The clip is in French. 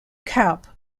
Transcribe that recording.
carpe